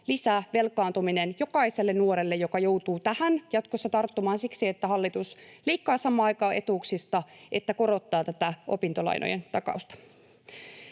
lisävelkaantuminen jokaiselle nuorelle, joka joutuu tähän jatkossa tarttumaan siksi, että hallitus samaan aikaan sekä leikkaa etuuksista että korottaa tätä opintolainojen takausta.